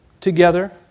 together